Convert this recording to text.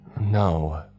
No